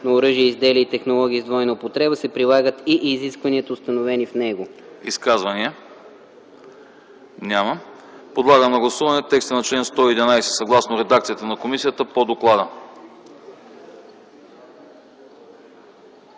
на оръжия и изделия и технологии с двойна употреба, се прилагат и изискванията, установени в него.” ПРЕДСЕДАТЕЛ АНАСТАС АНАСТАСОВ: Изказвания? Няма. Подлагам на гласуване текста на чл. 111 съгласно редакцията на комисията по доклада.